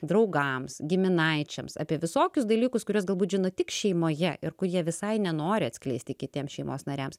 draugams giminaičiams apie visokius dalykus kuriuos galbūt žino tik šeimoje ir kur jie visai nenori atskleisti kitiems šeimos nariams